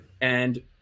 And-